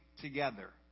together